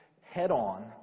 head-on